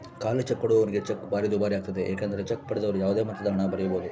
ಖಾಲಿಚೆಕ್ ಕೊಡುವವನಿಗೆ ಚೆಕ್ ಭಾರಿ ದುಬಾರಿಯಾಗ್ತತೆ ಏಕೆಂದರೆ ಚೆಕ್ ಪಡೆದವರು ಯಾವುದೇ ಮೊತ್ತದಹಣ ಬರೆಯಬೊದು